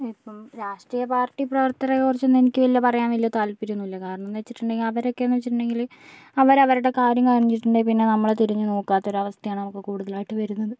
ഇപ്പോൾ രാഷ്ട്രീയ പാർട്ടി പ്രവർത്തകരെക്കുറിച്ചൊന്നും എനിക്ക് വല്യ പറയാൻ വല്യ താല്പര്യമൊന്നുമില്ല കാരണം എന്നു വെച്ചിട്ടുണ്ടെങ്കിൽ അവരൊക്കെയെന്നു വെച്ചിട്ടുണ്ടെങ്കിൽ അവരവരുടെ കാര്യം കഴിഞ്ഞിട്ടുണ്ടെങ്കിൽ പിന്നെ നമ്മളെ തിരഞ്ഞു നോക്കാത്തൊരവസ്ഥയാണ് നമുക്ക് കൂടുതലായിട്ട് വരുന്നത്